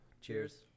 Cheers